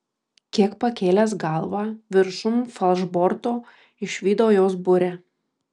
kiek pakėlęs galvą viršum falšborto išvydau jos burę